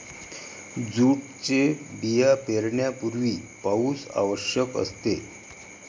जूटचे बिया पेरण्यापूर्वी पाऊस आवश्यक असते